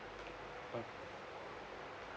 okay